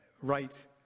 right